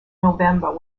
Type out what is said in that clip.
november